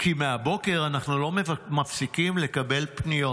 "כי מהבוקר אנחנו לא מפסיקים לקבל פניות,